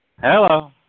Hello